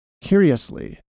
Curiously